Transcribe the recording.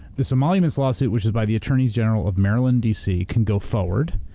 this emolument lawsuit which is by the attorney general of maryland, dc can go forward,